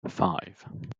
five